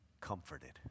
comforted